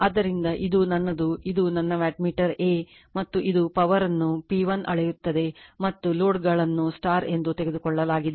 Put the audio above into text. ಆದ್ದರಿಂದ ಇದು ನನ್ನದು ಇದು ನನ್ನ ವ್ಯಾಟ್ಮೀಟರ್ A ಮತ್ತು ಇದು ಪವರ್ ನ್ನು P1 ಅಳೆಯುತ್ತದೆ ಮತ್ತು ಲೋಡ್ಗಳನ್ನು star ಎಂದು ತೆಗೆದುಕೊಳ್ಳಲಾಗಿದೆ